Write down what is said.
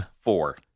Four